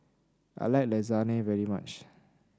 I like Lasagne very much